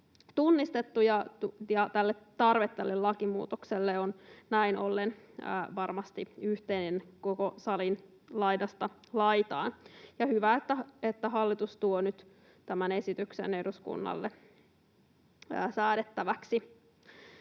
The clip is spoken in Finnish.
tunnistettu, ja tarve tälle lakimuutokselle on näin ollen varmasti yhteinen koko salin laidasta laitaan. Hyvä, että hallitus tuo nyt tämän esityksen eduskunnalle säädettäväksi.